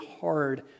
hard